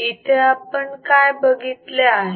इथे आपण काय बघितले आहे